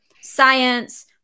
science